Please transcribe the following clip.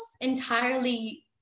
entirely